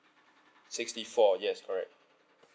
sixty four yes correct